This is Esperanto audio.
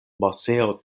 moseo